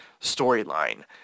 storyline